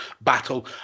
Battle